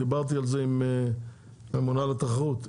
דיברתי על זה עם הממונה על התחרות,